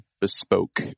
bespoke